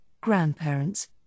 grandparents